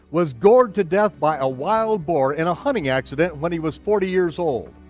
was gored to death by a wild boar in a hunting accident when he was forty years old.